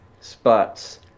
Spots